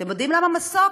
אתם יודעים למה מסוק?